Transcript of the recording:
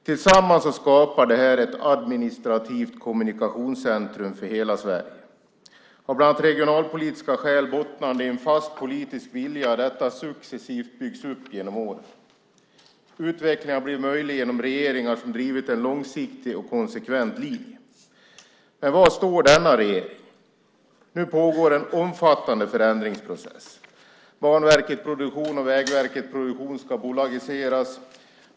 Tillsammans skapar det här ett administrativt kommunikationscentrum för hela Sverige. Av bland annat regionalpolitiska skäl bottnande i en fast politisk vilja har detta successivt byggts upp genom åren. Utvecklingen har blivit möjlig genom regeringar som drivit en långsiktig och konsekvent linje. Men var står denna regering? Nu pågår en omfattande förändringsprocess. Banverket Produktion och Vägverket Produktion ska bolagiseras.